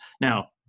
Now